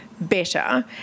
better